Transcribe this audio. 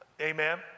Amen